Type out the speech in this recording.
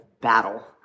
battle